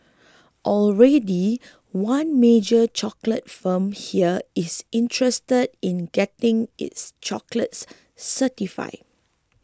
already one major chocolate firm here is interested in getting its chocolates certified